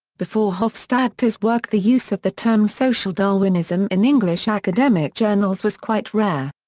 before hofstadter's work the use of the term social darwinism in english academic journals was quite rare.